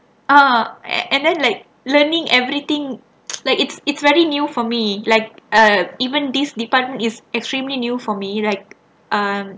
ah and then like learning everything like it's it's very new for me like uh even this department is extremely new for me like um